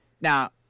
Now